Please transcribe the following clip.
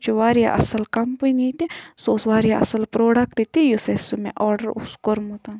سُہ چھُ واریاہ اَصٕل کَمپٔنی تہِ سُہ اوس واریاہ اَصٕل پرٛوڈَکٹ تہِ یُس اَسہِ سُہ مےٚ آرڈَر اوس کوٚرمُت